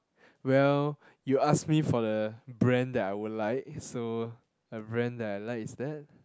well you ask me for the brand that I would like so a brand I like is that